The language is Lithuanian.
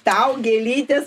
tau gėlytės